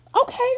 Okay